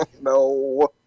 no